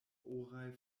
oraj